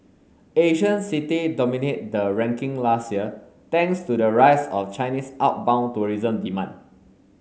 Asian city dominate the ranking last year thanks to the rise of Chinese outbound tourism demand